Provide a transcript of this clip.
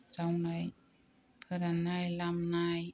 जावनाय फोराननाय लामनाय